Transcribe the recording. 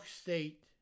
State